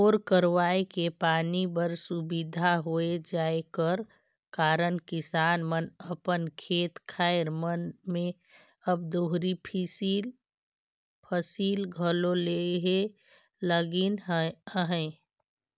bore करवाए के पानी कर सुबिधा होए जाए कर कारन किसान मन अपन खेत खाएर मन मे अब दोहरी फसिल घलो लेहे लगिन अहे